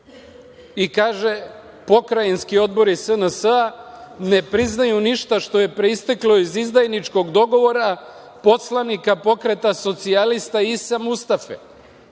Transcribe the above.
Kaže, pokrajinski odbori SNS ne priznaju ništa što je proisteklo iz izdajničkog dogovora poslanika Pokreta socijalista Isa Mustafe.